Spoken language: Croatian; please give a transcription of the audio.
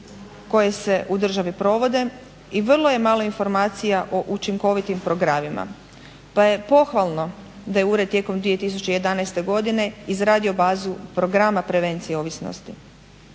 koje se u državi provode i vrlo je malo informacija o učinkovitim programima pa je pohvalno da je ured tijekom 2011. godine izradio bazu programa prevencije ovisnosti.